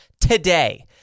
today